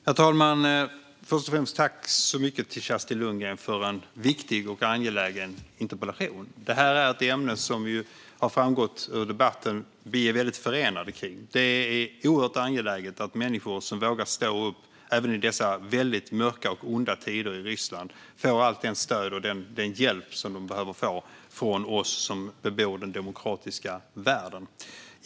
Herr talman! Först och främst vill jag tacka Kerstin Lundgren så mycket för en viktig och angelägen interpellation. Som har framgått av debatten är detta ett ämne som vi är väldigt förenade kring. Det är oerhört angeläget att människor som vågar stå upp även i dessa väldigt mörka och onda tider i Ryssland får allt det stöd och den hjälp som de behöver få från oss som bebor den demokratiska världen.